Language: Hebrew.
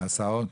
בהסעות?